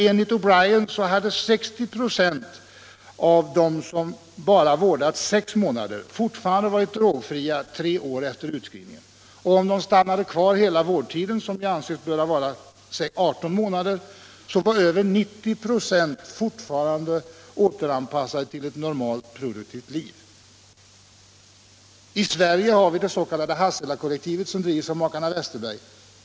Enligt O'Brian har 60 926 av dem som bara vårdats sex månader fortfarande varit drogfria tre år efter utskrivningen. Och om de stannade kvar hela vårdtiden — som man ansåg borde vara 18 månader — så var över 90 96 fortfarande återanpassade till ett normalt produktivt liv. I Sverige har vi det s.k. Hasselakollektivet, som drivs av makarna Westerberg.